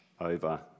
over